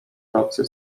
tacy